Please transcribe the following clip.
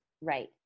Right